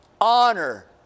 honor